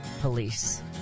police